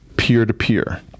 peer-to-peer